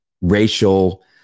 racial